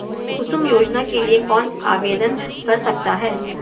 कुसुम योजना के लिए कौन आवेदन कर सकता है?